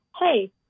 Hey